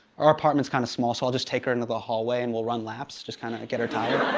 our apartment's kind of small so i'll just take her into the hallway and we'll run laps, just kinda get her tired.